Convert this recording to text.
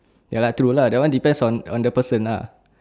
ya lah true lah that one depends on on the person lah